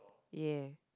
ya